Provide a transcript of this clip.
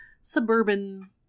suburban